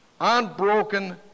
unbroken